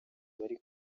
bari